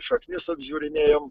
šaknis apžiūrinėjom